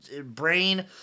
brain